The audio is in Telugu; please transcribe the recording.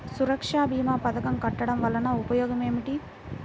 సురక్ష భీమా పథకం కట్టడం వలన ఉపయోగం ఏమిటి?